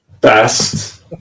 Best